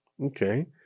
Okay